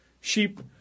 sheep